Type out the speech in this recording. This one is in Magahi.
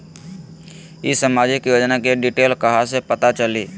ई सामाजिक योजना के डिटेल कहा से पता चली?